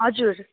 हजुर